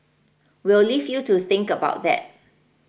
we'll leave you to think about that